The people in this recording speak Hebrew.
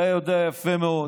אתה יודע יפה מאוד,